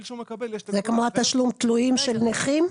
שהוא מקבל יש תגמול --- זה כמו תשלום התלויים של נכים?